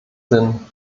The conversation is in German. sinn